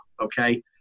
okay